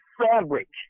fabric